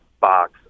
box